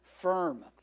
firm